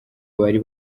bari